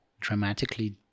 dramatically